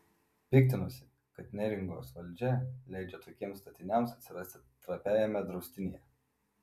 piktinosi kad neringos valdžia leidžia tokiems statiniams atsirasti trapiajame draustinyje